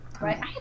Right